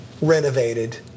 renovated